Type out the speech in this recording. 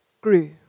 grew